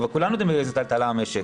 כולנו יודעים באיזו טלטלה נמצא המשק.